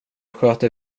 sköter